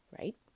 right